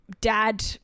dad